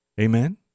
Amen